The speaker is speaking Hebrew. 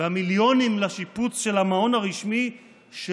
המיליונים לשיפוץ של המעון הרשמי של